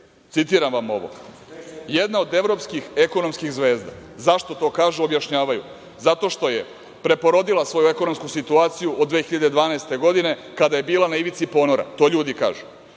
citiram vam ovo – jedan od evropskih ekonomskih zvezda. Zašto to kažu, objašnjavaju. Zato što je preporodila svoju ekonomsku situaciju od 2012. godine, kada je bila na ivici ponora, to ljudi kažu.